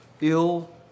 ill